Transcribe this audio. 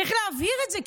צריך להבהיר את זה,